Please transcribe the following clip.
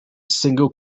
single